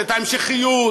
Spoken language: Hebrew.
את ההמשכיות,